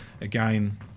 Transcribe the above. again